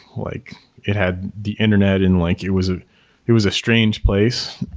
like it had the internet and link. it was ah it was a strange place.